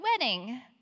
wedding